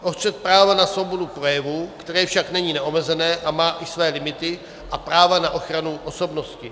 O střet práva na svobodu projevu, které však není neomezené a má i své limity, a práva na ochranu osobnosti.